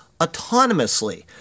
autonomously